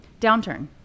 downturn